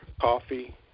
coffee